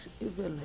evil